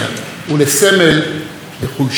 זוהי לא דרכנו.